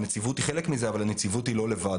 הנציבות היא חלק מזה, אבל הנציבות היא לא לבד.